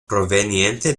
proveniente